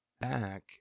back